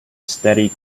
steady